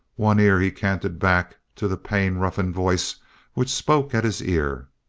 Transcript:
one ear he canted back to the pain-roughened voice which spoke at his ear.